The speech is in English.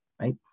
right